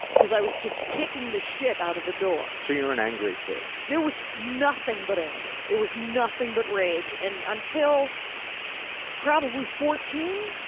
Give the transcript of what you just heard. cause i was just kicking the shit out of the door. so you were an angry kid, jackie there was nothing but anger. it was nothing but rage. and until probably fourteen,